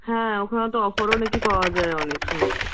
হ্যাঁ ওখানে তো অফারও নাকি পাওয়া যায় অনেক শুনেছি